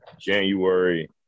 January